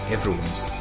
Everyone's